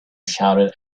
shouted